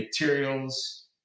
materials